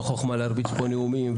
לא חוכמה להרביץ פה נאומים,